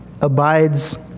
abides